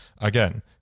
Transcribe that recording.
Again